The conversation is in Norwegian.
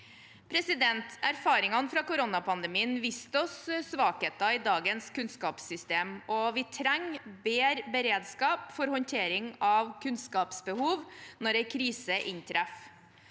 perioden. Erfaringene fra koronapandemien viste oss svakheter i dagens kunnskapssystem, og vi trenger bedre beredskap for håndtering av kunnskapsbehov når en krise inntreffer.